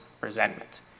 resentment